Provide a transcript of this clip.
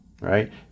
right